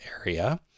area